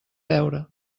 beure